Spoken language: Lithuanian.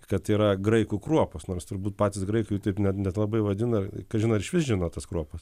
kad yra graikų kruopos nors turbūt patys graikai taip net net labai vadina kažin ar išvis žino tas kruopas